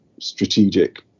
strategic